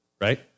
right